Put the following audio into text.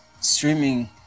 streaming